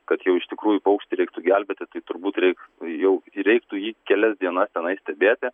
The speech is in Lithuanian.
kad jau iš tikrųjų paukštį reiktų gelbėti tai turbūt reik jau reiktų jį kelias dienas tenai stebėti